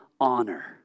honor